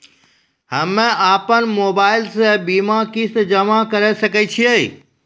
हम्मे अपन मोबाइल से बीमा किस्त जमा करें सकय छियै?